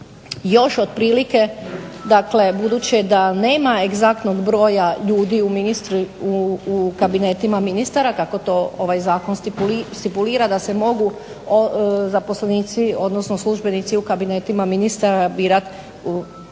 još otprilike. Dakle, budući da nema egzaktnog broja ljudi u kabinetima ministara kako to ovaj zakon stipulira da se mogu zaposlenici, odnosno službenici u kabinetima ministara birati